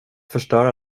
förstöra